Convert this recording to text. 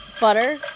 Butter